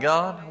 God